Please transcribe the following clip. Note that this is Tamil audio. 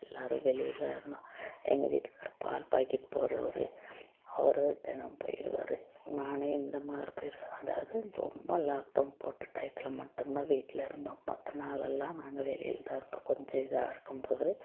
எல்லாரும் வெளியில இருந்தோம் எங்கள் வீட்டுக்கார் பால் பாக்கெட் போட்றவர் அவர் தினமும் போயிருவார் நானும் இந்தமாதிரி போயிடுவேன் அதாவது ரொம்ப லாக் டவுன் போட்ட டையத்தில் மட்டும்தான் வீட்டில் இருந்தோம் மற்ற நாளெல்லாம் நாங்கள் வெளியில தான் இருந்தோம் கொஞ்சம் இதாக இருக்கும் போது